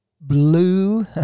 blue